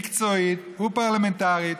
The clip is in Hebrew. מקצועית ופרלמנטרית,